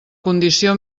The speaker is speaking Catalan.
condició